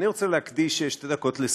אני רוצה להקדיש שתי דקות לסגנון: